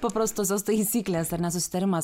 paprastosios taisyklės ar ne susitarimas